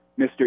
mr